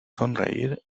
sonreír